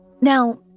Now